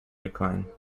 decline